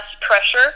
pressure